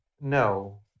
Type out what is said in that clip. no